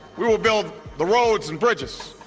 we will build the roads and bridges,